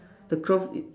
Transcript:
the cloth is